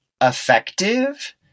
effective